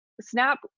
Snap